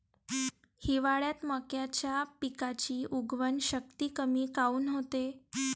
हिवाळ्यात मक्याच्या पिकाची उगवन शक्ती कमी काऊन होते?